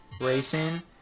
racing